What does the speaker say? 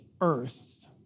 earth